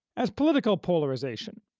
as political polarization,